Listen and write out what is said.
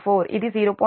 24 ఇది 0